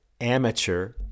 amateur